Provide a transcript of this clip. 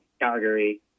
Calgary